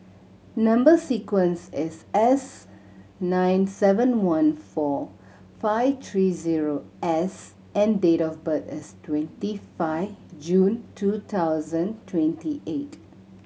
number sequence is S nine seven one four five three zero S and date of birth is twenty five June two thousand twenty eight